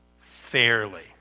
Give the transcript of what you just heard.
fairly